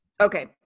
okay